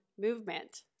movement